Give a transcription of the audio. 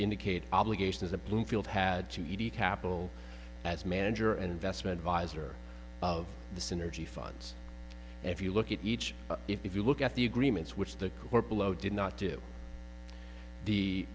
indicate obligations a bloomfield had to eat capital as manager and investment advisor of the synergy funds if you look at each if you look at the agreements which the court below did not do the